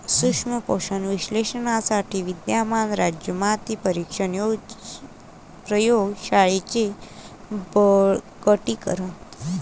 सूक्ष्म पोषक विश्लेषणासाठी विद्यमान राज्य माती परीक्षण प्रयोग शाळांचे बळकटीकरण